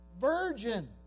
virgin